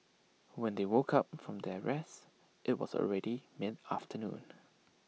when they woke up from their rest IT was already mid afternoon